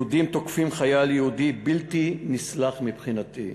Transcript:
יהודים תוקפים חייל יהודי, בלתי נסלח מבחינתי.